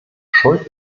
schuld